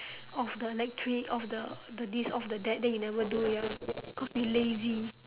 off the electric off the the this off the that then you never do ya cause we lazy